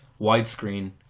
widescreen